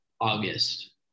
August